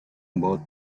about